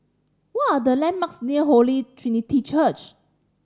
what are the landmarks near Holy Trinity Church